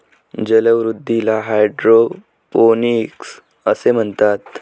जलवृद्धीला हायड्रोपोनिक्स असे म्हणतात